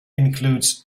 includes